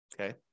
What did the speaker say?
Okay